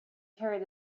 carried